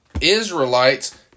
Israelites